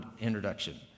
introduction